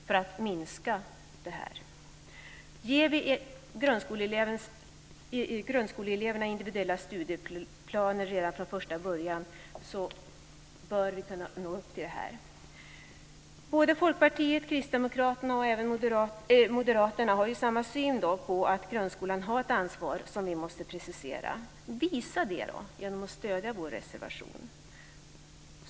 Ger vi grundskoleeleverna individuella studieplaner redan från första början, bör vi kunna nå upp till vårt mål. Folkpartiet, Kristdemokraterna och även Moderaterna har ju samma syn, nämligen att grundskolan har ett ansvar som vi måste precisera. Visa då det genom att stödja vår reservation.